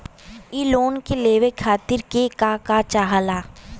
इ लोन के लेवे खातीर के का का चाहा ला?